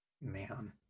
Man